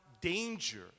danger